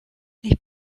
ich